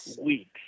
weeks